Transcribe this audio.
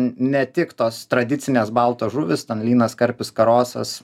ne tik tos tradicinės baltos žuvys ten lynas karpis karosas